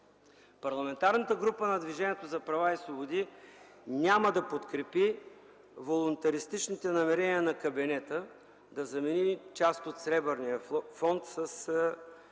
Парламентарната група на Движението за права и свободи няма да подкрепи волунтаристичните намерения на кабинета да замени част от Сребърния фонд с